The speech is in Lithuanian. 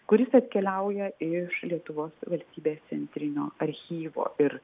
kuris atkeliauja iš lietuvos valstybės centrinio archyvo ir